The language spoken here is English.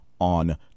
on